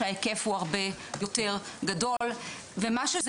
שההיקף הוא הרבה יותר גדול ומה שזה